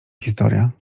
historia